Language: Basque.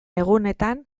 egunetan